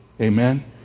Amen